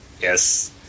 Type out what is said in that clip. Yes